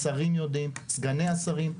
השרים יודעים, סגני השרים.